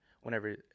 whenever